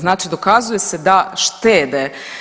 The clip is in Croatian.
Znači dokazuje se da štede.